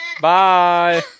Bye